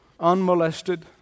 unmolested